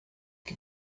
que